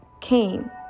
came